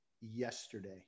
yesterday